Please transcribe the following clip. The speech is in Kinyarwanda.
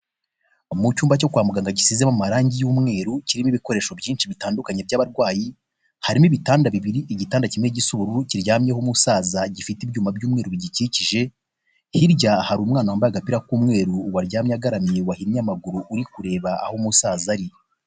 Mu cyumba cyo kwa muganga gisizemo amarangi y'umweru kirimo ibikoresho byinshi bitandukanye by'abarwayi; harimo ibitanda bibiri igitanda kimwe gisa uburu kiryamyeho umusaza gifite ibyuma by'umweru bigikikije; hirya hari umwana wambaye agapira k'umweru waryamye agaramye wahinnye amaguru uri kureba aho umusaza ari.